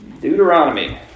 Deuteronomy